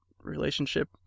relationship